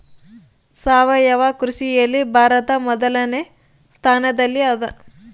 ಸಾವಯವ ಕೃಷಿಯಲ್ಲಿ ಭಾರತ ಮೊದಲನೇ ಸ್ಥಾನದಲ್ಲಿ ಅದ